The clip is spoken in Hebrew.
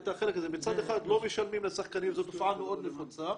מצד אחד לא משלמים לשחקנים וזו תופעה מאוד נפוצה,